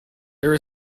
there